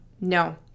No